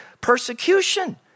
persecution